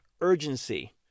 urgency